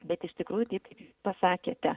bet iš tikrųjų taip pasakėte